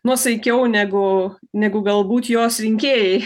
nuosaikiau negu negu galbūt jos rinkėjai